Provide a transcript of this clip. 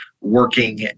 working